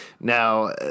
Now